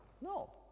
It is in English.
No